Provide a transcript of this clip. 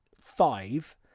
five